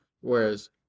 Whereas